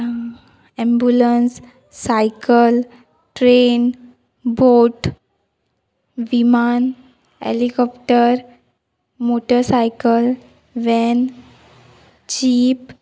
ambulance cycle train boat विमान helicopter motorcycle van jeep